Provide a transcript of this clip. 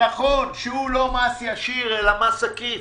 נכון שהוא לא מס ישיר אלא מס עקיף,